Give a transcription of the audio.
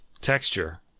texture